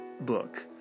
book